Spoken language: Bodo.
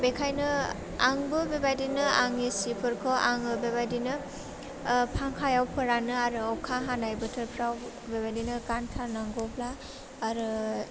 बेखायनो आंबो बेबायदिनो आंनि सिफोरखौ आङो बेबायदिनो ओह फांखायाव फोरानो आरो अखा हानाय बोथोरफ्राव बेबायदिनो गानथारनांगौब्ला आरो